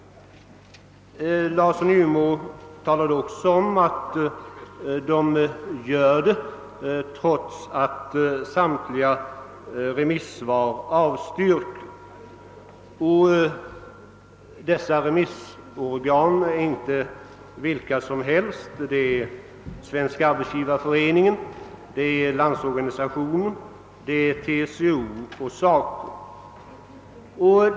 Han nämnde också att de gör det trots att samtliga remissinstanser har avstyrkt. Dessa remissorgan är dock inte vilka som helst, utan det är Svenska = arbetsgivareföreningen, Landorganisationen, TCO och SACO.